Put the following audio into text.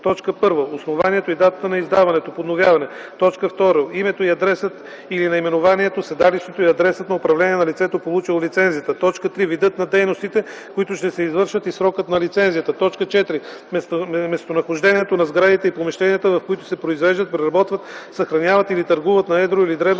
1. основанието и датата на издаване/подновяване; 2. името и адресът или наименованието, седалището и адресът на управление на лицето, получило лицензията; 3. видът на дейностите, които ще се извършват и срокът на лицензията; 4. местонахождението на сградите и помещенията, в които се произвеждат, преработват, съхраняват или търгуват на едро или дребно